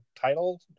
title